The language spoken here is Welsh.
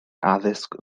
addysg